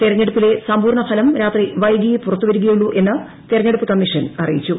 തെരഞ്ഞെടുപ്പിലെ സമ്പൂർണഫലം രാത്രി വൈകിയേ പുറത്തു വരികയുള്ളൂ എന്ന് തെരഞ്ഞെടുപ്പ് കമ്മീഷൻ അറിയിച്ചു